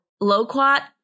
loquat